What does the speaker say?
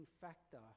factor